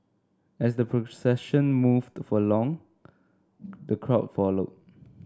as the procession moved for long the crowd followed